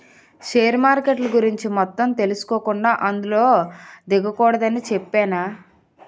share మార్కెట్ల గురించి మొత్తం తెలుసుకోకుండా అందులో దిగకూడదని చెప్పేనా